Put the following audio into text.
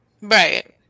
Right